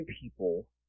people